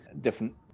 different